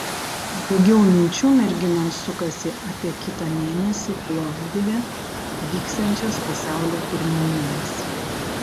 daugiau minčių merginoms sukasi apie kitą mėnesį plovdive vyksiančias pasaulio pirmenybes